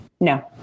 No